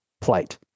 plight